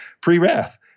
pre-wrath